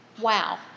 Wow